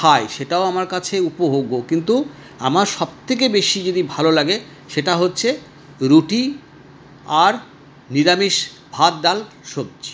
খাই সেটাও আমার কাছে উপভোগ্য কিন্তু আমার সবথেকে বেশি যদি ভালো লাগে সেটা হচ্ছে রুটি আর নিরামিষ ভাত ডাল সবজি